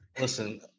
Listen